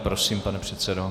Prosím, pane předsedo.